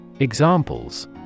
Examples